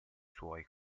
suoi